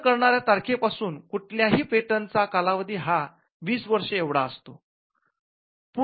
अर्ज करण्याच्या तारखे पासून कुठल्याही पेटंट चा कालावधी हा वीस वर्षे एवढा असतो